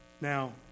Now